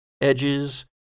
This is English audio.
edges